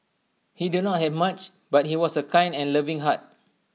he did not have much but he was A kind and loving heart